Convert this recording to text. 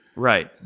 Right